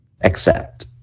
Accept